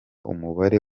umubare